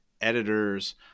editors